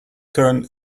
turn